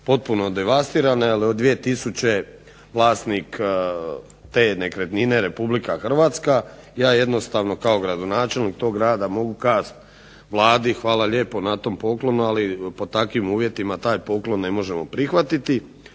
potpuno devastirana jer od 2000. vlasnik te nekretnine Republika Hrvatska. Ja jednostavno kao gradonačelnik tog grada mogu kazati Vladi hvala lijepo na takvom poklonu ali pod takvim uvjetima taj poklon ne možemo prihvatiti.